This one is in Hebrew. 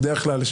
בדרך כלל,